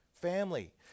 family